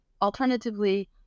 alternatively